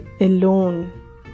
alone